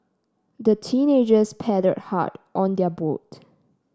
the teenagers paddled hard on their boat